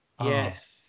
Yes